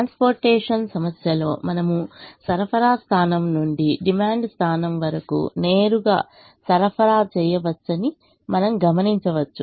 transportation సమస్యలో మనము సరఫరా స్థానం నుండి డిమాండ్ స్థానం వరకు నేరుగా సరఫరా చేయవచ్చని మనము గమనించవచ్చు